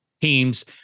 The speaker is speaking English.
teams